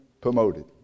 promoted